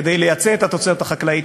כדי לייצא את התוצרת החקלאית,